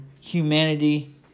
humanity